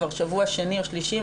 כבר שבוע שני או שלישי,